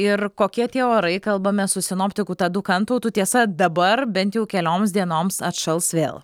ir kokie tie orai kalbame su sinoptiku tadu kantautu tiesa dabar bent jau kelioms dienoms atšals vėl